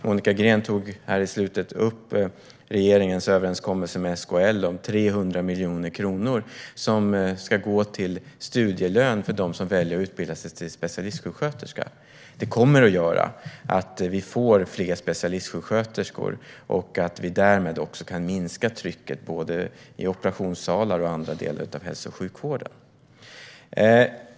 Monica Green tog i slutet av sitt inlägg upp regeringens överenskommelse med SKL om 300 miljoner kronor som ska gå till studielön för dem som väljer att utbilda sig till specialistsjuksköterska. Detta kommer att göra att vi får fler specialistsjuksköterskor och att vi därmed kan minska trycket både i operationssalar och i andra delar av hälso och sjukvården.